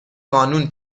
قانون